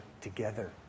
together